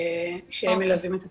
שהם מלווים את התקנות.